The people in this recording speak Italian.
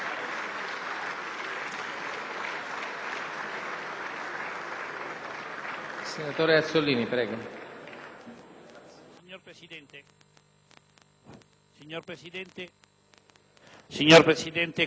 Signor Presidente, colleghi,